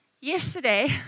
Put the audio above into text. Yesterday